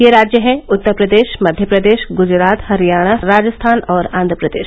यह राज्य हैं उत्तर प्रदेश मध्य प्रदेश ग्जरात हरियाणा राजस्थान और आंघ्र प्रदेश